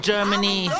Germany